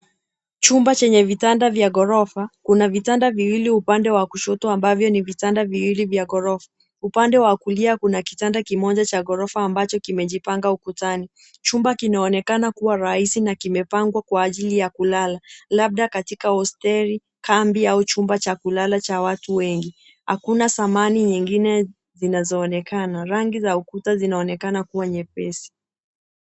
Chumba chenye vitanda vya ghorofa, kuna vitanda viwili upande wa kushoto ambavyo ni vitanda viwili vya ghorofa. Upande wa kulia kuna kitanda kimoja cha ghorofa ambacho kimejipanga ukutani. Chumba kinaonekana kuwa rahisi na kimepangwa kwa ajili ya kulala. Labda katika hosteli, kambi au chumba cha kulala cha watu wengi. Hakuna samani nyingine zinazoonekana, rangi za ukuta zinaonekana kuwa nyepesi.